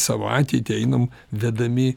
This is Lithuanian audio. savo ateitį einam vedami